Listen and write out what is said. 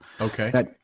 Okay